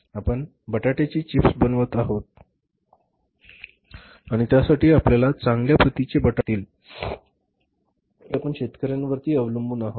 उदाहरणार्थ आपण बटाट्याची चिप्स बनवत आहोत आणि त्यासाठी आपल्याला चांगल्या प्रतीचे बटाटे लागतील आणि त्यासाठी आपण शेतकऱयांवर अवलंबून आहोत